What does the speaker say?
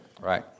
Right